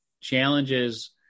challenges